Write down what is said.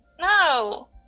No